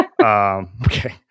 Okay